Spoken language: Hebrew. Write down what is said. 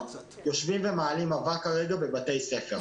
יושבים ומעלים אבק בבתי ספר.